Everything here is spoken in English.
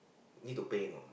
need to pay or not